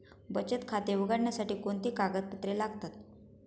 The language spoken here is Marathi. बचत खाते उघडण्यासाठी कोणती कागदपत्रे लागतात?